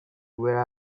where